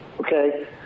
okay